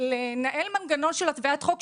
ולנהל מנגנון של התווית חוק?